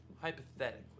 hypothetically